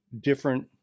different